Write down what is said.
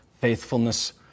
faithfulness